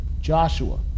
Joshua